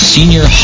Senior